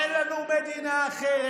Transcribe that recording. אין לנו מדינה אחרת.